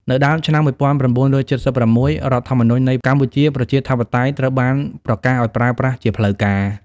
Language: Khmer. នៅដើមឆ្នាំ១៩៧៦ រដ្ឋធម្មនុញ្ញនៃកម្ពុជាប្រជាធិបតេយ្យត្រូវបានប្រកាសឱ្យប្រើប្រាស់ជាផ្លូវការ។